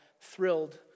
thrilled